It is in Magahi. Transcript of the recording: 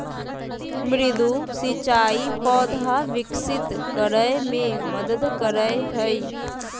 मृदु सिंचाई पौधा विकसित करय मे मदद करय हइ